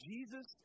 Jesus